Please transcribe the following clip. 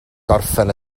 gorffen